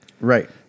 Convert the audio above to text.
right